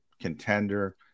contender